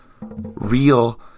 Real